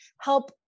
help